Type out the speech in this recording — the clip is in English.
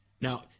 Now